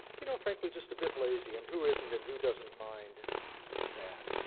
you know, frankly just a bit lazy. and who isn't and who doesn't mind that?